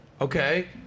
okay